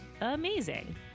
amazing